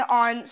on